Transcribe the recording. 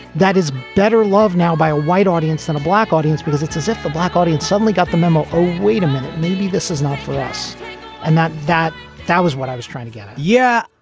that is better love now by a white audience and a black audience, because it's as if the black audience suddenly got the memo. oh, wait a minute. maybe this is not for us and that that that was what i was trying to get at. yeah.